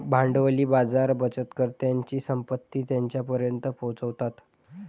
भांडवली बाजार बचतकर्त्यांची संपत्ती त्यांच्यापर्यंत पोहोचवतात